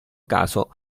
caso